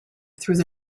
through